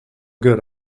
good